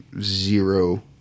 zero